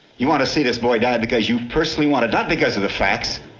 you want to see this boy die because you personally want to die because of the facts.